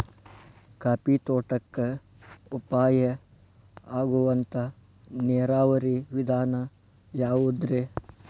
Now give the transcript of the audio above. Coffee ತೋಟಕ್ಕ ಉಪಾಯ ಆಗುವಂತ ನೇರಾವರಿ ವಿಧಾನ ಯಾವುದ್ರೇ?